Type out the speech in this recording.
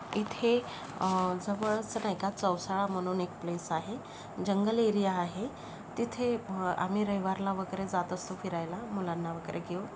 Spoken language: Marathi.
इथे जवळच नाही का चौसाळा म्हणून एक प्लेस आहे जंगल एरिया आहे तिथे आम्ही रविवारला वगैरे जात असतो फिरायला मुलांना वगैरे घेऊन